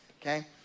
Okay